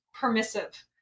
permissive